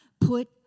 put